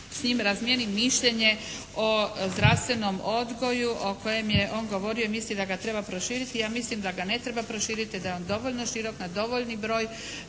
s njim razmijenim mišljenje o zdravstvenom odgoju o kojem je on govorio i mislim da ga treba proširiti. Ja mislim da ga ne treba proširiti, da je on dovoljno širok, na dovoljni broj